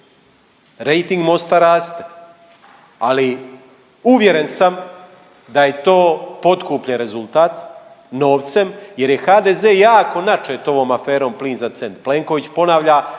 rejting Mosta raste. Ali uvjeren sam da je to potkupljen rezultat novcem, jer je HDZ jako načet ovom aferom plin za cent. Plenković ponavlja